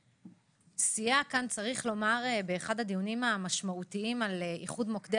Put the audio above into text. שסייע כאן באחד הדיונים המשמעותיים על איחוד מוקדי